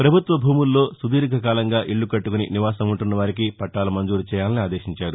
ప్రభుత్వ భూముల్లో సుదీర్ఘకాలంగా ఇళ్లు కట్టుకుని నివాసం ఉంటున్న వారికి పట్టాలు మంజూరు చేయాలని ఆదేశించారు